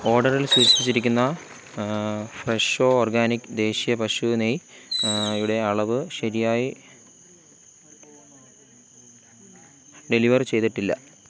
ഓർഡറിൽ സൂചിപ്പിച്ചിരിക്കുന്ന ഫ്രെഷോ ഓർഗാനിക് ദേശിയ പശൂ നെയ്യ് യുടെ അളവ് ശരിയായി ഡെലിവർ ചെയ്തിട്ടില്ല